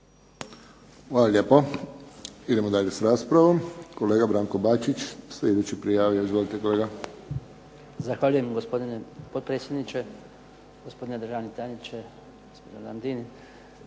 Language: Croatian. Hvala lijepo. Idemo dalje sa raspravom. Kolega Branko Bačić, sljedeći prijavljen. Izvolite kolega. **Bačić, Branko (HDZ)** Zahvaljujem gospodine potpredsjedniče, gospodine državni tajniče, .../Govornik